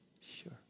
Sure